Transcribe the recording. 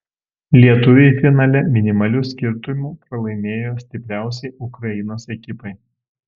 lietuviai finale minimaliu skirtumu pralaimėjo stipriausiai ukrainos ekipai